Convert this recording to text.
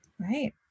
Right